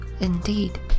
Indeed